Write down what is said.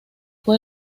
fue